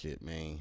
man